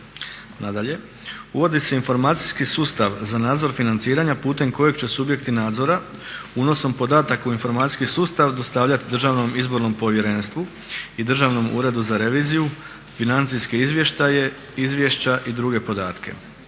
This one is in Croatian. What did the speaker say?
Nadalje, uvodi se informacijski sustav za nadzor financiranja putem kojeg će subjekti nadzora unosom podataka u informacijski sustav dostavljati Državnom izbornom povjerenstvu i Državnom uredu za reviziju, financijske izvještaje, izvješća i druge podatke.